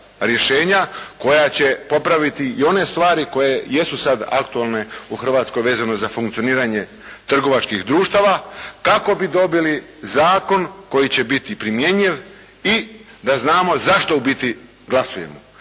rješenja koja će popraviti i one stvari koje jesu sad aktualne u Hrvatskoj vezano za funkcioniranje trgovačkih društava kako bi dobili zakon koji će biti primjenjiv i da znamo zašto u biti glasujemo.